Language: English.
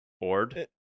board